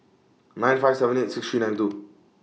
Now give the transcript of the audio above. nine five seven eight six three nine two